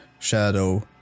shadow